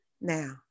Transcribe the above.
Now